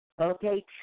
Okay